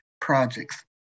projects